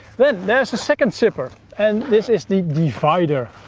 then there is a second zipper, and this is the divider,